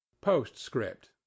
postscript